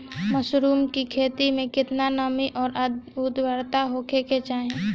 Mushroom की खेती में केतना नमी और आद्रता होखे के चाही?